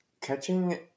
Catching